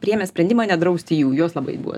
priėmė sprendimą nedrausti jų jos labai buvo